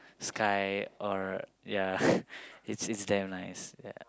sky or a ya it's it's damn nice yeah